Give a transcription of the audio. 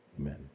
Amen